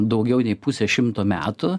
daugiau nei pusę šimto metų